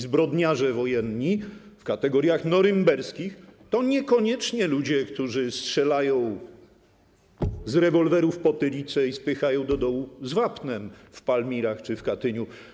Zbrodniarze wojenni w kategoriach norymberskich to niekoniecznie ludzie, którzy strzelają z rewolweru w potylicę i spychają do dołu z wapnem w Palmirach czy w Katyniu.